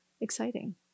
exciting